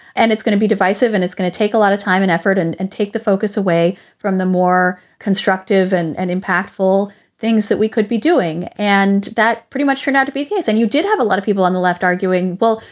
and it's going to be divisive and it's going to take a lot of time and effort and and take the focus away from the more constructive and and impactful things that we could be doing. and that pretty much turn out to be the case. and you did have a lot of people on the left arguing, well,